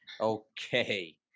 Okay